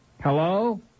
Hello